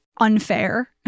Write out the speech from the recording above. unfair